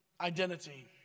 identity